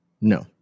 No